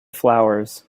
flowers